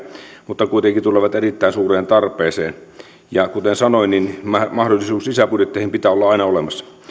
mutta kuitenkin tulevat erittäin suureen tarpeeseen ja kuten sanoin niin mahdollisuuden lisäbudjetteihin pitää olla aina olemassa